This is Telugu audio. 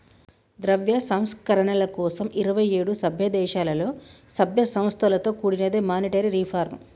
ద్రవ్య సంస్కరణల కోసం ఇరవై ఏడు సభ్యదేశాలలో, సభ్య సంస్థలతో కూడినదే మానిటరీ రిఫార్మ్